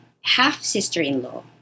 half-sister-in-law